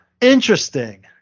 interesting